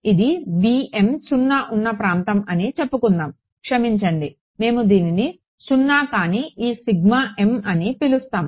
ఇది 0 ఉన్న ప్రాంతం అని చెప్పుకుందాం క్షమించండి మేము దీనిని సున్నా కాని ఈ సిగ్మా m అని పిలుస్తాము